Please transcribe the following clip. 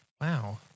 Wow